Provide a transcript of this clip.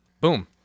Boom